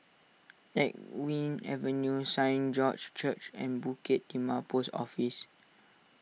Teck Whye Avenue Saint George's Church and Bukit Timah Post Office